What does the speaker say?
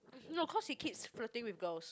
no cause he keeps flirting with girls